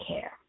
care